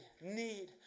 need